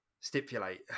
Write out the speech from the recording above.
Stipulate